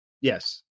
Yes